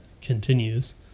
continues